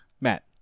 Matt